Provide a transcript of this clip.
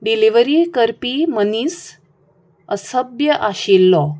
delivery करपी मनीस असभ्य आशिल्लो